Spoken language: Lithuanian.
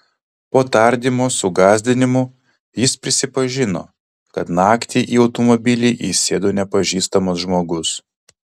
po tardymo su gąsdinimų jis prisipažino kad naktį į automobilį įsėdo nepažįstamas žmogus